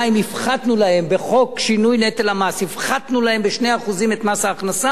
בחוק שינוי נטל המס הפחתנו להם ב-2% את מס ההכנסה,